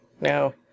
No